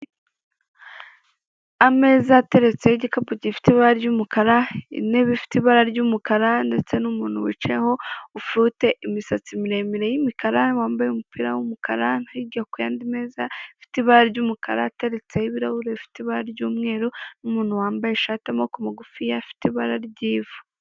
Ameza ateretseho igikapu zifite ibara ry'umukara intebe ifite ibara ry'umukara ndetse n'umuntu wicayeho ufite imisatsi miremire y'umukara wambaye umupira w'umukara no hirya kuyandi meza afite ibara ry'umukara ateretseho ibirahure bifite ibara ry'umweru n'umuntu wambaye ishati y'amaboko magufiya ifite ibara ry'ivu.